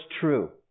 true